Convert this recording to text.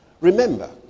Remember